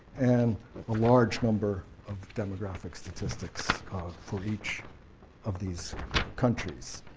and a large number of demographic statistics for each of these countries.